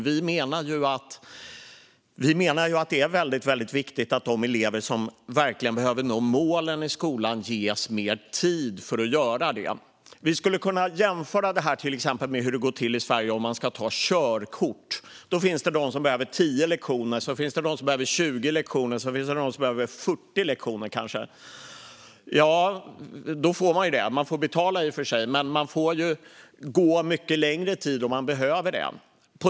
Vi menar att det är väldigt viktigt att de elever som verkligen behöver nå målen i skolan ges mer tid för att göra det. Vi skulle kunna jämföra det här med hur det går till i Sverige om man ska ta körkort. Det finns de som behöver 10 lektioner, och det finns de som behöver 20 lektioner och de som kanske behöver 40 lektioner. Då får man göra det - man får i och för sig betala, men man får gå mycket längre tid om man behöver det.